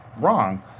wrong